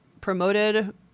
promoted